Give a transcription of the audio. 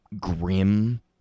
grim